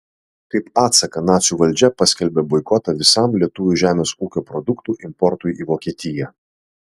kaip atsaką nacių valdžia paskelbė boikotą visam lietuvių žemės ūkio produktų importui į vokietiją